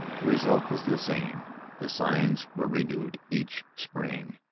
the result was the same the signs were renewed each spring.